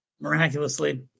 miraculously